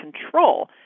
control